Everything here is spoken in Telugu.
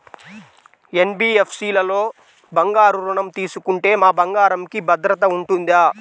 ఎన్.బీ.ఎఫ్.సి లలో బంగారు ఋణం తీసుకుంటే మా బంగారంకి భద్రత ఉంటుందా?